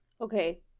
Okay